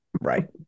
right